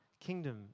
kingdom